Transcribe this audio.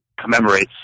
commemorates